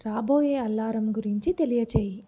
రాబోయే అలారం గురించి తెలియచేయి